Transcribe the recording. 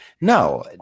No